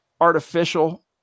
artificial